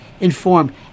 Informed